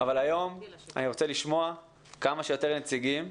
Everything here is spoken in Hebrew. אבל היום אני רוצה לשמוע כמה שיותר נציגים.